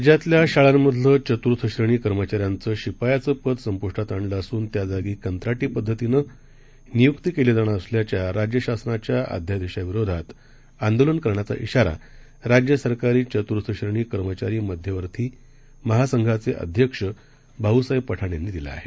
राज्यातल्याशाळांमधलंचतुर्थश्रेणीकर्मचाऱ्यांचंशिपायाचंपदसंपुष्टातआणलंअसूनत्याजागीकंत्राटीपद्धतीनंनियुक्तीकेलीजाणारअस ल्याच्याराज्यशासनाच्याअध्यादेशाविरोधातआंदोलनकरण्याचा श्राज्यसरकारीचतुर्थश्रेणीकर्मचारीमध्यवर्तीमहासंघाचेअध्यक्ष भाऊ साहेबपठाणयांनीदिलाआहे